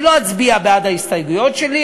אני לא אצביע בעד ההסתייגויות שלי,